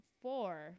four